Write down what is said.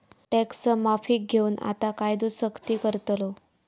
tax माफीक घेऊन आता कायदो सख्ती करतलो